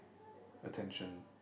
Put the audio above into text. attention